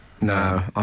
No